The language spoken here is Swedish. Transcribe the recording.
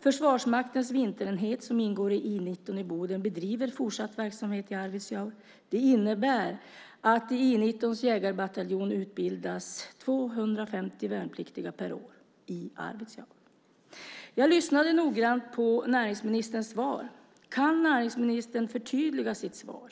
Försvarsmaktens vinterenhet, som ingår i I 19 i Boden, bedriver fortsatt verksamhet i Arvidsjaur. Det innebär att i I 19:s jägarbataljon i Arvidsjaur utbildas 250 värnpliktiga per år. Jag lyssnade noggrant på näringsministerns svar. Kan näringsministern förtydliga sitt svar?